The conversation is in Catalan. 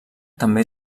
també